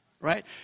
Right